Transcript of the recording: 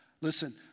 listen